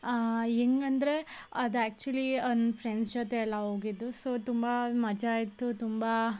ಹೆಂಗಂದ್ರೆ ಅದು actually friends ಜೊತೆ ಎಲ್ಲ ಹೋಗಿದ್ದು ಸೊ ತುಂಬ ಮಜಾ ಇತ್ತು ತುಂಬ